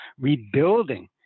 rebuilding